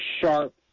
sharp